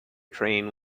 train